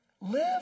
Live